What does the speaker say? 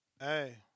Hey